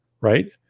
Right